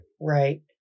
Right